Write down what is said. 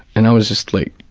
and i was just like,